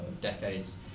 decades